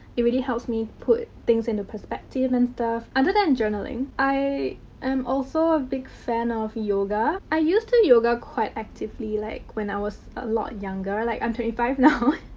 it really helps me put things into perspective and stuff. other than journaling, i am also a big fan of yoga. i used to yoga quite actively, like, when i was a lot younger. like, i'm twenty five now.